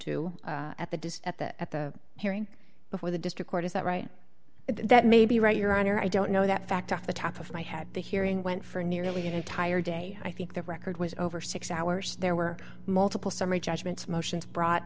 to at the disc at the at the hearing before the district court is that right that may be right your honor i don't know that fact off the top of my had the hearing went for nearly an entire day i think the record was over six hours there were multiple summary judgments motions brought